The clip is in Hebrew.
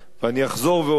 ואני אחזור ואומר,